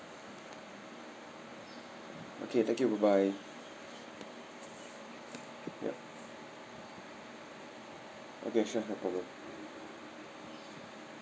okay thank you bye bye yup okay sure no problem